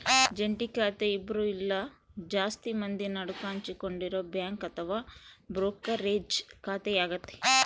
ಜಂಟಿ ಖಾತೆ ಇಬ್ರು ಇಲ್ಲ ಜಾಸ್ತಿ ಮಂದಿ ನಡುಕ ಹಂಚಿಕೊಂಡಿರೊ ಬ್ಯಾಂಕ್ ಅಥವಾ ಬ್ರೋಕರೇಜ್ ಖಾತೆಯಾಗತೆ